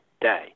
day